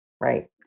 Right